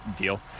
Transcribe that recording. deal